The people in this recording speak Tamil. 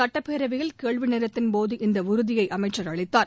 சட்டப்பேரவையில் கேள்விநேரத்தின்போது இந்த உறுதியை அமைச்சர் அளித்தார்